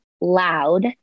loud